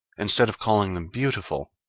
instead of calling them beautiful,